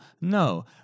No